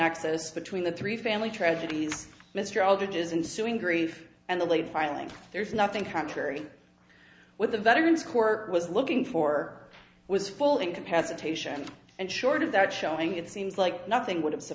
nexus between the three family tragedies mr all judges in suing grief and the late filing there's nothing contrary with the veterans court was looking for was full incapacitation and short of that showing it seems like nothing would have